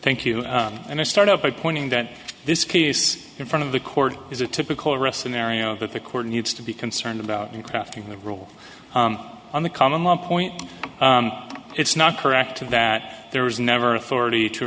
thank you and i start off by pointing that this case in front of the court is a typical arrest scenario that the court needs to be concerned about in crafting the rule on the common law point it's not correct that there was never thirty t